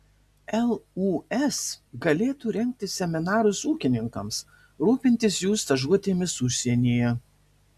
lūs galėtų rengti seminarus ūkininkams rūpintis jų stažuotėmis užsienyje